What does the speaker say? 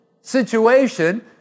situation